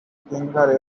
fingers